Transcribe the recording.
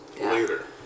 later